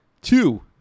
two